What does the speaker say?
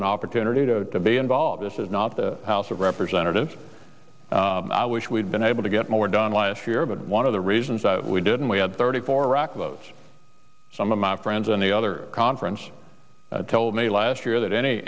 an opportunity to be involved this is not the house of representatives i wish we'd been able to get more done last year but one of the reasons that we didn't we had thirty four rock was some of my friends on the other conference told me last year that any